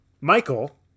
Michael